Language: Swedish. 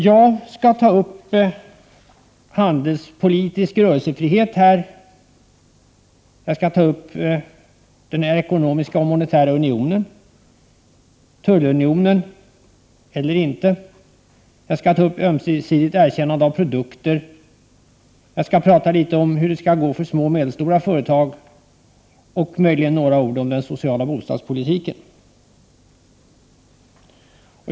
Jag skall nu ta upp frågorna om handelspolitisk rörelsefrihet, den ekonomiska och monetära unionen, tullunionen och ett ömsesidigt erkännande av produkter. Jag skall även tala litet om hur det skall gå för små och medelstora företag och möjligen även säga några ord om den sociala bostadspolitiken.